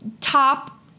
top